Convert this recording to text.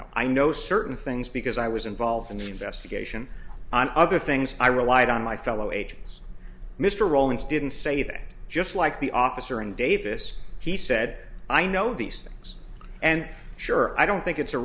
know i know certain things because i was involved in the investigation and other things i relied on my fellow agents mr rowley didn't say that just like the officer in davis he said i know these things and sure i don't think it's a